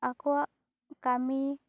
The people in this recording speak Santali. ᱟᱠᱚᱭᱟᱜ ᱠᱟᱹᱢᱤ